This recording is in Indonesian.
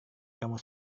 kamu